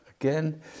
Again